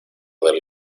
del